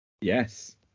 Yes